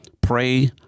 pray